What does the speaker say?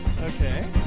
Okay